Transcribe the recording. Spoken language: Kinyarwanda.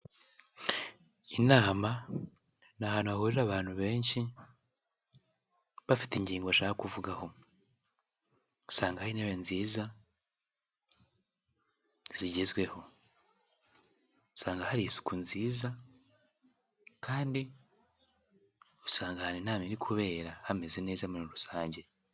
Inama ni ahantu hahurira abantu benshi, bafite ingingo bashaka kuvugaho. Usanga hari intebe nziza, zigezweho. Usanga hari isuku nziza kandi usanga ahantu inama iri kubera, hameze neza muri rusange.